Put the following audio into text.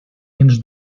ens